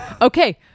okay